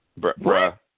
Bruh